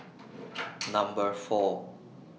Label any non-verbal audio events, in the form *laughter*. *noise* Number four